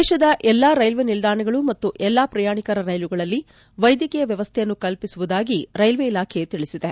ದೇಶದ ಎಲ್ಲಾ ರೈಲ್ವೆ ನಿಲ್ದಾಣಗಳು ಮತ್ತು ಎಲ್ಲಾ ಪ್ರಯಣಿಕರ ರೈಲುಗಳಲ್ಲಿ ವೈದ್ಯಕೀಯ ವ್ಯವಸ್ಥೆಯನ್ನು ಕಲ್ಪಿಸುವುದಾಗಿ ರೈಲ್ವೆ ಇಲಾಖೆ ತಿಳಿಸಿದೆ